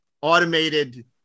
automated